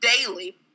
daily